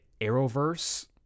Arrowverse